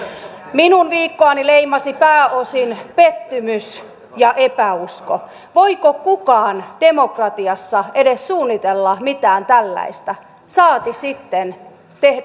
minun viikkoani leimasi pääosin pettymys ja epäusko voiko kukaan demokratiassa edes suunnitella mitään tällaista saati sitten